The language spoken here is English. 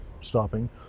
stopping